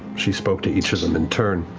she spoke to each of them in turn,